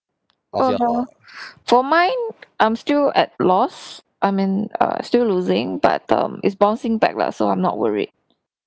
oh no for mine I'm still at loss I mean uh still losing but um it's bouncing back lah so I'm not worried